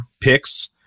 picks